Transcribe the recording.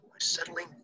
settling